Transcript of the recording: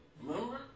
Remember